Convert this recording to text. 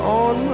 on